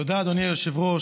תודה, אדוני היושב-ראש.